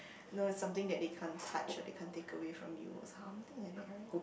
no is something that they can't touch or they can't take away from you or something like that right